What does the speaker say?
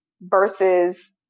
versus